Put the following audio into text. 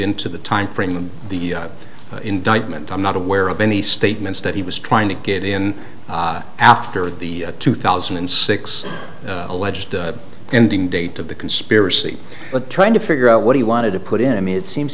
into the time frame of the indictment i'm not aware of any statements that he was trying to get in after the two thousand and six alleged ending date of the conspiracy but trying to figure out what he wanted to put in i mean it seems